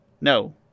No